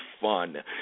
fun